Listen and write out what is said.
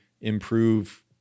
improve